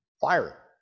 Fire